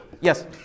Yes